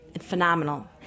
Phenomenal